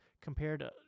compared